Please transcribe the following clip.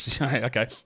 okay